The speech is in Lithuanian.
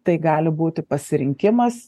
tai gali būti pasirinkimas